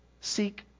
seek